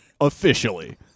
Officially